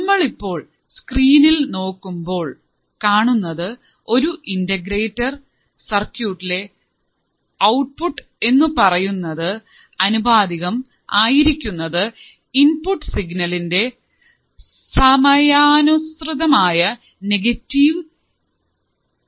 നമ്മളിപ്പോൾ സ്ക്രീനിൽ നോക്കുമ്പോൾ കാണുന്ന ഒരു ഇന്റഗ്രേറ്റർ സർക്യൂട്ടിലെ ഔട്ട്പുട്ട് എന്നുപറയുന്നത് അനുപാതികം ആയിരിക്കുന്നത് ഇൻപുട്ട് സിഗ്നലിൻറെ സമയാനുസൃതമായ നെഗറ്റീവ് ഇന്റഗ്രലിനോടാണ്